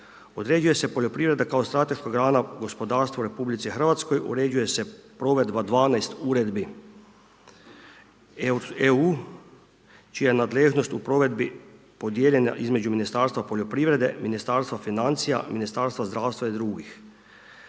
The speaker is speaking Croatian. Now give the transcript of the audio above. Određuje se poljoprivreda kao strateška grana gospodarstva u RH, uređuje se provedba 12 uredbi EU čija je nadležnost u provedbi podijeljena između Ministarstva poljoprivrede, Ministarstva financija, Ministarstva zdravstva i drugih